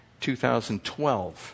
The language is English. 2012